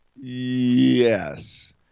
Yes